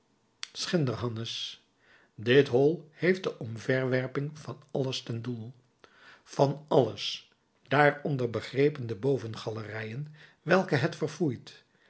schinderhannes dit hol heeft de omverwerping van alles ten doel van alles daaronder begrepen de bovengalerijen welke het verfoeit